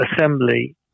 assembly